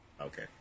Okay